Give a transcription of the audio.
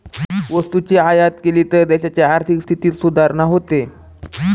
वस्तूची आयात केली तर देशाच्या आर्थिक स्थितीत सुधारणा होते